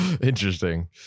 Interesting